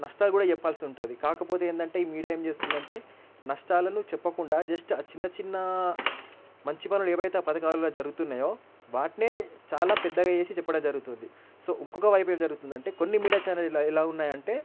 నష్టాలు కూడా చెప్పాల్సుంటుంది కాకపోతే ఏంటంటే ఈ మీడియా ఏం చేస్తుందంటే నష్టాలను చెప్పకుండా జస్ట్ ఆ చిన్న చిన్న మంచి పనులు ఏమైతే పథకాలలో జరుగుతున్నాయో వాటినే చాలా పెద్దగా చేసి చెప్పడం జరుగుతుంది సో ఇంకొక వైపేం జరుగుతుందంటే కొన్ని మీడియా ఛానల్లు ఇలా ఎలా ఉన్నాయి అంటే